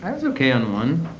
um was ok on one.